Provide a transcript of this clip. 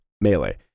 melee